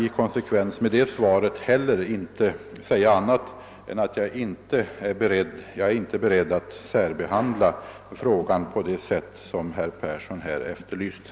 I konsekvens med det svaret kan jag självfallet inte heller säga annat än att jag inte är beredd att särbehandla den fråga det här gäller på det sätt som herr Persson i Heden önskar.